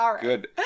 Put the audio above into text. Good